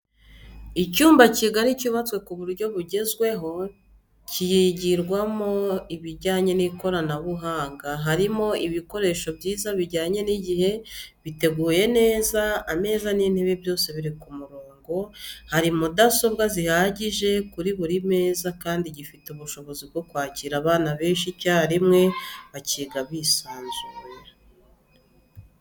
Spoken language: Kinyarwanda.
Icyumba kigari cyubatse ku buryo bwugezweho kigirwamo ibijyanye n'ikoranabuhanga harimo ibikoresho byiza bijyanye n'igihe, giteguye neza ameza n'intebe byose biri ku murongo ,hari mudasobwa zihagije kuri buri meza kandi gifite ubushobozi bwo kwakira abana benshi icyarimwe bakiga bisanzuye.